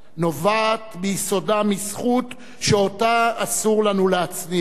נובעת ביסודה מזכות שאותה אסור לנו להצניע.